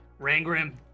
Rangrim